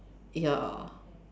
ya